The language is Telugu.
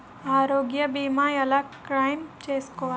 ఆరోగ్య భీమా ఎలా క్లైమ్ చేసుకోవాలి?